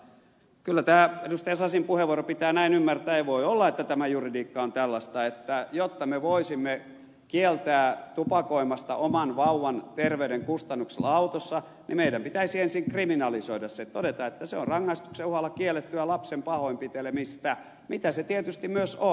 kyllä tämä edustaja sasin puheenvuoro pitää näin ymmärtää ja voi olla että tämä juridiikka on tällaista että jotta me voisimme kieltää tupakoimasta oman vauvan terveyden kustannuksella autossa meidän pitäisi ensin kriminalisoida se todeta että se on rangaistuksen uhalla kiellettyä lapsen pahoinpitelemistä mitä se tietysti myös on